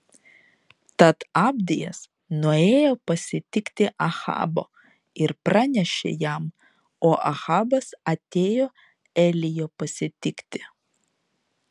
tad abdijas nuėjo pasitikti ahabo ir pranešė jam o ahabas atėjo elijo pasitikti